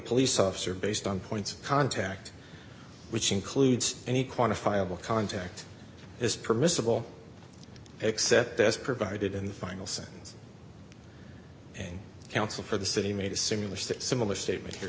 police officer based on points of contact which includes any quantifiable contact is permissible except as provided in the final sentence and counsel for the city made a similar state similar statement here